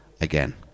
again